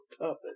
puppet